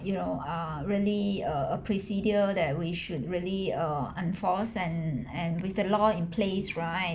you know are really uh procedure that we should really err enforced and and with the law in place right